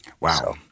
Wow